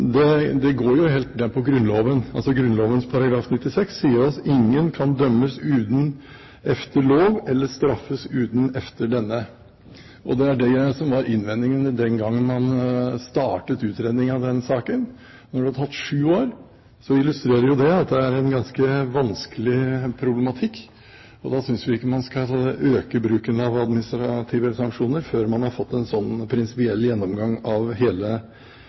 Grunnloven. Grunnloven § 96 sier: «Ingen kan dømmes uden efter Lov, eller straffes uden efter Dom.» Det var innvendingen den gangen man startet utredningen av denne saken. Når det har tatt sju år, illustrerer jo det at det er en ganske vanskelig problematikk. Da synes vi ikke at man skal øke bruken av administrative sanksjoner før man har fått en prinsipiell gjennomgang av hele